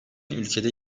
ülkede